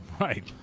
Right